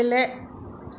गेले